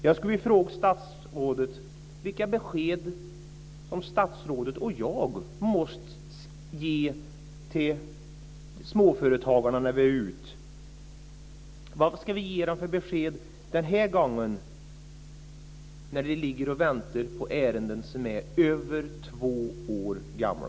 Jag skulle vilja fråga statsrådet vilka besked som hon och jag måste ge till småföretagarna när vi är ute. Vad ska vi ge dem för besked denna gång, när de väntar på ärenden som är över två år gamla?